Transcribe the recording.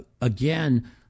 again